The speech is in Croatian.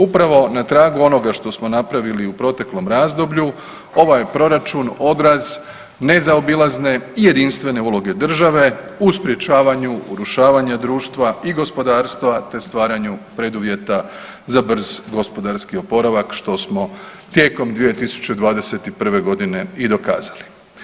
Upravo na tragu onoga što smo napravili u proteklom razdoblju ovaj je proračun odraz nezaobilazne i jedinstvene uloge države u sprečavanju urušavanja društva i gospodarstva te stvaranju preduvjeta za brz gospodarski oporavak što smo tijekom 2021.g. i dokazali.